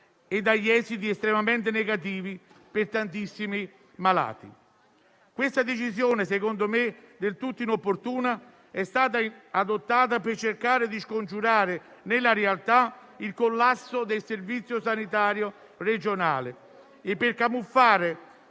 e dagli esiti estremamente negativi per tantissimi malati. Questa decisione - secondo me del tutto inopportuna - è stata adottata per cercare di scongiurare nella realtà il collasso del servizio sanitario regionale e per camuffare